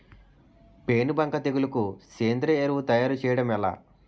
పేను బంక తెగులుకు సేంద్రీయ ఎరువు తయారు చేయడం ఎలా?